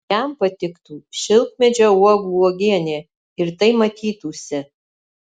jam patiktų šilkmedžio uogų uogienė ir tai matytųsi